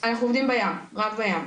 אנחנו עובדים רק בים.